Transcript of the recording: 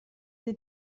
sie